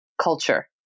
culture